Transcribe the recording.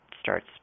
starts